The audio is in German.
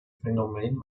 phänomen